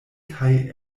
kaj